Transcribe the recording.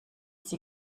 sie